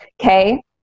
Okay